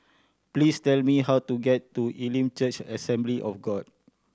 please tell me how to get to Elim Church Assembly of God